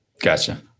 Gotcha